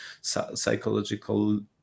psychological